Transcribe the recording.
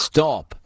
Stop